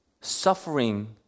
Suffering